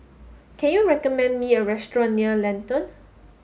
can you recommend me a restaurant near Lentor